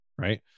right